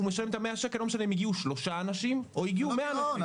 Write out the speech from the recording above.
משלם את ה-100 שקלים לא משנה אם הגיעו שלושה אנשים או הגיעו 100 אנשים.